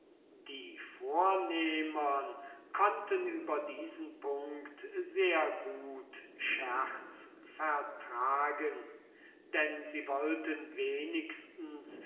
die vornehmern konnten über diesen punct sehr gut scherz vertragen denn sie wollten wenigstens